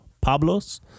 Pablos